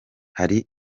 hari